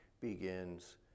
begins